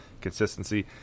consistency